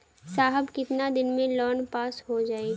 साहब कितना दिन में लोन पास हो जाई?